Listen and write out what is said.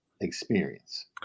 experience